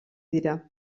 dira